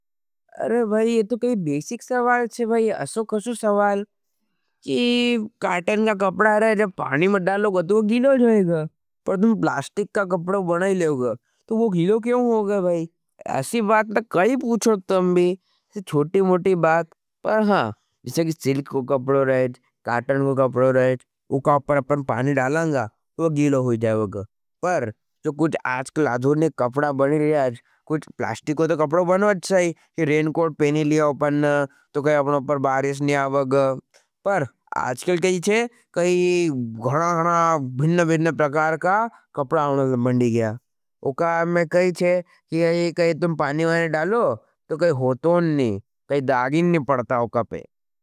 अरे भाई, ये तो कई बेसिक सवाल हज भाई, असो कसो सवाल की काटन का कपड़ा रहे हज। जो पानी में डालोगा तो वो गीलो जाएगा पर तुम प्लास्टिक का कपड़ो बनाए लेवगा। तो वो गीलो क्यों होगे भाई? असी बात तो कई पूछो तम भी, चोटी मोटी बात, पर हाँ जिसे की सिल्क को कपड़ो रहे हज। काटन को कपड़ो रहे हज। उका अपर पानी डालांगा वो गीलो हो जाएगा। पर जो कुछ आजकर लाधूरने कपड़ा बने रहज। कुछ प्लास्टिकों तो कपड़ो बनवाँ चाहिए, की रेन कोड पेनी लिया उपन, तो काई अपनो पर बारिश नियावग, पर आजकर कही छे काई घणा-घणा भिन्न-भिन्न प्रकार का कपड़ा आउन बनदी गया। उका मैं कही छे काई तुम पानी वाले डालो, तो काई होतो नहीं, काई दागिन नहीं पड़ता उका पे।